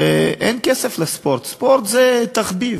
שאין כסף לספורט, ספורט זה תחביב,